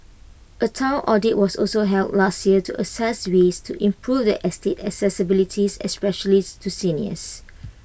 A Town audit was also held last year to assess ways to improve the estate's accessibilities especially to seniors